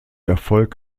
erfolg